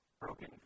broken